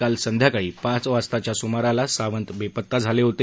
काल संध्याकाळी पाच वाजताच्या सुमाराला सावंत बेपत्ता झाले होते